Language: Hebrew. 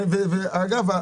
אגב,